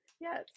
Yes